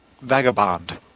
Vagabond